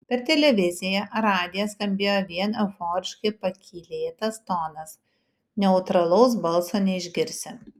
per televiziją radiją skambėjo vien euforiškai pakylėtas tonas neutralaus balso neišgirsi